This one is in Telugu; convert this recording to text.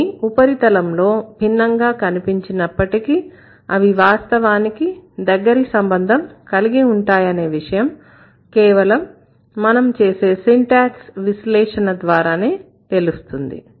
కొన్ని ఉపరితలంలో భిన్నంగా కనిపించినప్పటికీ అవి వాస్తవానికి దగ్గరి సంబంధం కలిగి ఉంటాయనే విషయం కేవలం మనం చేసే సింటాక్స్ విశ్లేషణ ద్వారానే తెలుస్తుంది